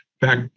back